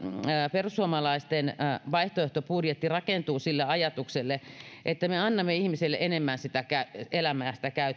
perussuomalaisten vaihtoehtobudjetti rakentuu sille ajatukselle että me annamme ihmisille enemmän elämään sitä